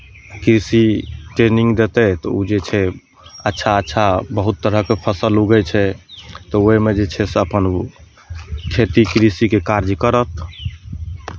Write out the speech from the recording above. कृषि ट्रेनिंग देतै तऽ ओ जे छै अच्छा अच्छा बहुत तरहके फसल उगै छै तऽ ओहिमे जे छै से अपन ओ खेती कृषिके कार्य करत